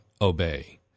obey